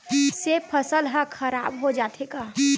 से फसल ह खराब हो जाथे का?